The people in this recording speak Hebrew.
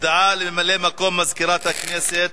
הודעה לממלא-מקום מזכירת הכנסת,